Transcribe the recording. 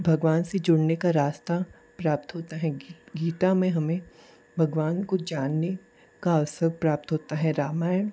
भगवान से जुड़ने का रास्ता प्राप्त होता है गीता में हमें भगवान को जानने का अवसर प्राप्त होता है रामायण